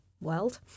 world